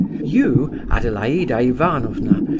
you, adelaida ivanovna,